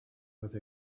with